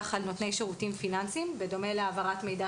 על נותני שירותים פיננסיים בדומה להעברת מידע